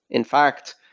in fact,